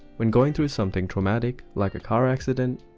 when going through something traumatic like a car accident,